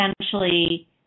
essentially –